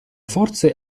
forze